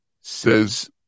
says